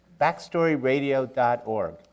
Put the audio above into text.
BackstoryRadio.org